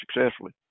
successfully